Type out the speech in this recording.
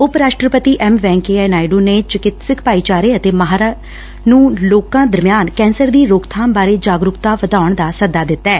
ਉਪ ਰਾਸ਼ਟਰਪਤੀ ਐਮ ਵੈਂਕਈਆ ਨਾਇਡੁ ਨੇ ਚਿਕਿਤਸਕ ਭਾਈਚਾਰੇ ਅਤੇ ਮਾਹਿਰਾਂ ਨੂੰ ਲੋਕਾਂ ਦਰਮਿਆਨ ਕੈਂਸਰ ਦੀ ਰੋਕਬਾਮ ਬਾਰੇ ਜਾਗਰੁਕਤਾ ਵਧਾਉਣ ਦਾ ਸੱਦਾ ਦਿੱਤੈ